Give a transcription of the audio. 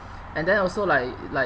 and then also like like